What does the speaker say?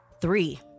Three